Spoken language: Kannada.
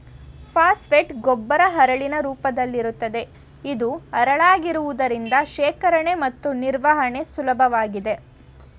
ಫಾಸ್ಫೇಟ್ ಗೊಬ್ಬರ ಹರಳಿನ ರೂಪದಲ್ಲಿರುತ್ತದೆ ಇದು ಹರಳಾಗಿರುವುದರಿಂದ ಶೇಖರಣೆ ಮತ್ತು ನಿರ್ವಹಣೆ ಸುಲಭವಾಗಿದೆ